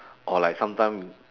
or like sometime